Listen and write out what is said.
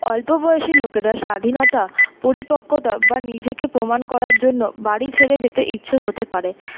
অল্পবয়সী লোকেরা স্বাধীনতা পরিপক্কতা বা নিজেকে প্রমাণ করার জন্য বাড়ি ছেড়ে যেতে ইচ্ছুক হতে পারে